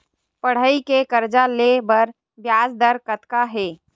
पढ़ई के कर्जा ले बर ब्याज दर कतका हे?